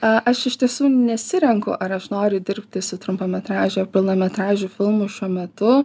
a aš iš tiesų nesirenku ar aš noriu dirbti su trumpametražiu pilnametražiu filmu šiuo metu